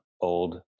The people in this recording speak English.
old